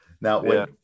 Now